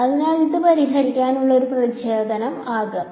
അതിനാൽ ഇത് പരിഹരിക്കുന്നതിനുള്ള ഒരു പ്രചോദനം ആകാം